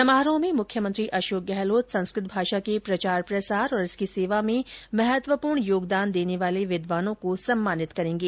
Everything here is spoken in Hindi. समारोह में मुख्यमंत्री अशोक गहलोत संस्कृत भाषा के प्रचार प्रसार और इसकी सेवा में महत्वपूर्ण योगदान देने वाले विद्वानों को सम्मानित करेंगे